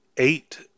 eight